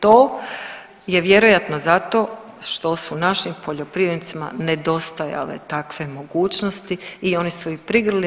To je vjerojatno zato što su našim poljoprivrednicima nedostajale takve mogućnosti i oni su ih prigrlili.